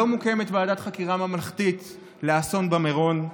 לא מוקמת ועדת חקירה ממלכתית לאסון במירון.